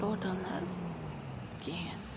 total نہٕ حظ کِہیٖنۍ